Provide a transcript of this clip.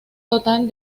total